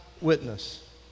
witness